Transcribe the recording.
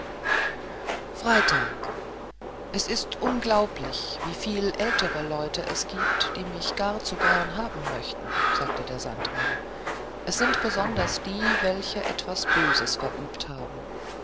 freitag es ist unglaublich wieviel ältere leute es giebt die mich gar zu gern haben möchten sagte der sandmann es sind besonders die welche etwas böses verübt haben